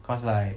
cause like